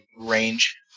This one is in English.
Range